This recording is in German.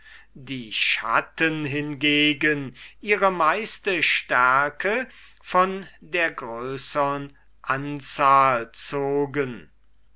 die schatten hingegen ihre meiste stärke von der größern anzahl zogen